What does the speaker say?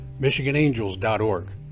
michiganangels.org